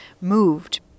moved